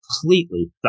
completely